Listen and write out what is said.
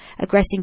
aggressing